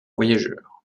voyageurs